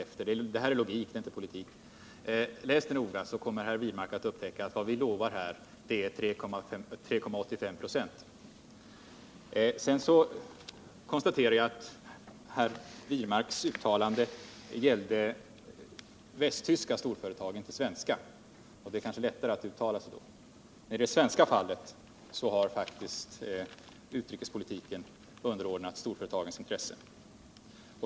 Om herr Wirmark läser detta noga, skall han finna att vad vi lovar är 3,85 96. Vidare konstaterar jag att herr Wirmarks uttalande gällde västtyska storföretag, inte svenska, och det är kanske lättare att uttala sig om de västtyska förhållandena. Men i det svenska fallet har faktiskt utrikespolitiken underordnats storföretagens intressen.